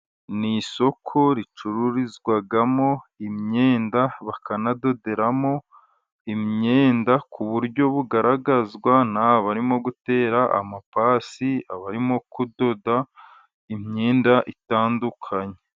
Ni isoko ricururizwagamo imyenda, bakanadoderamo imyenda ku buryo bugaragazwa naba barimo gutera amapasi, abarimo kudoda imyenda itandukanye.